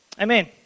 Amen